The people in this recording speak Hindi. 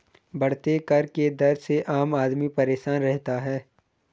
बढ़ते कर के दर से आम आदमी परेशान रहता है